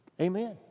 Amen